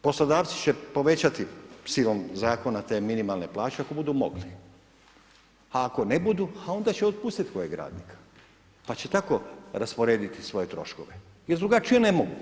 Poslodavci će povećati silom zakona te minimalne plaće ako budu mogli, a ako ne budu onda će otpustiti kojeg radnika, pa će tako rasporediti svoje troškove jer drugačije ne mogu.